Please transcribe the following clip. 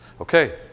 Okay